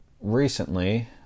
recently